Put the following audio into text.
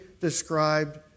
described